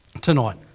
tonight